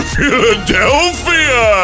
Philadelphia